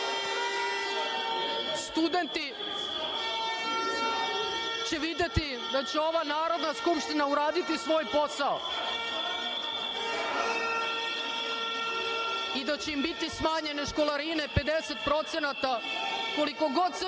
će videti da će ova Narodna skupština uradi svoj posao i da će im biti smanjene školarine 50%, koliko god se